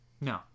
no